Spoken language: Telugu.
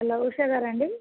హలో ఉషగారా అండి